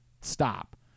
stop